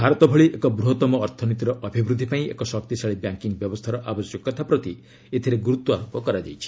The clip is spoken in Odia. ଭାରତ ଭଳି ଏକ ବୃହତମ ଅର୍ଥନୀତିର ଅଭିବୃଦ୍ଧି ପାଇଁ ଏକ ଶକ୍ତିଶାଳୀ ବ୍ୟାଙ୍କିଙ୍ଗ୍ ବ୍ୟବସ୍ଥାର ଆବଶ୍ୟକତା ପ୍ରତି ଏଥିରେ ଗୁରୁତ୍ୱାରୋପ କରାଯାଇଛି